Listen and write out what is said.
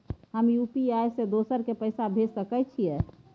हम यु.पी.आई से दोसर के पैसा भेज सके छीयै?